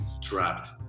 trapped